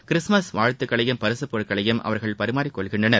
Christmas வாழ்த்துக்களையும் பரிசுப் பொருட்களையும் பரிமாறிக் கொள்கின்றனர்